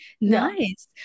Nice